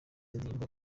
indirimbo